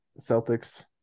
Celtics